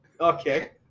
Okay